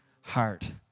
heart